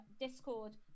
Discord